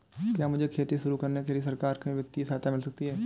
क्या मुझे खेती शुरू करने के लिए सरकार से वित्तीय सहायता मिल सकती है?